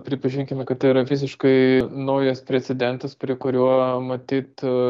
pripažinkime kad tai yra visiškai naujas precedentas prie kuriuo matyt